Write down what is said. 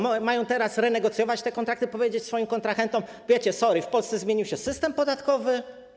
Mają teraz renegocjować te kontrakty, powiedzieć swoim kontrahentom: wiecie, sorry, w Polsce zmienił się system podatkowy?